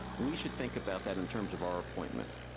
we should think about that in terms of our appointments.